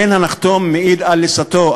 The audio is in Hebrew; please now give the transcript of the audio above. אין הנחתום מעיד על עיסתו.